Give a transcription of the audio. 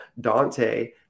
Dante